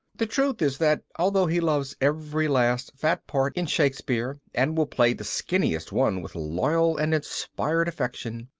the truth is that although he loves every last fat part in shakespeare and will play the skinniest one with loyal and inspired affection,